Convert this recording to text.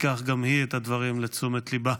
תיקח גם היא את הדברים לתשומת ליבה.